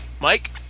Mike